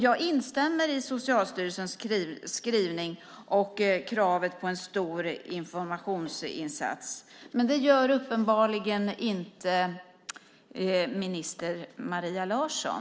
Jag instämmer i Socialstyrelsens skrivning och i kravet på en stor informationsinsats, men det gör uppenbarligen inte minister Maria Larsson.